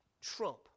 trump